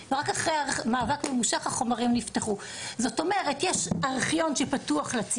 זה כבר היה עם משרד הרווחה הופקדו בארכיון המדינה,